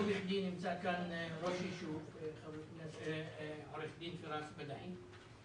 לא בכדי נמצא כאן ראש יישוב, עורך דין פראס בדחי,